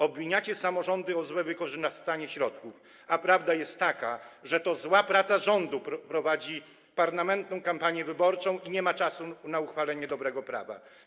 Obwiniacie samorządy o złe wykorzystanie środków, a prawda jest taka, że to jest zła praca rządu, który prowadzi permanentną kampanię wyborczą i nie ma czasu na uchwalenie dobrego prawa.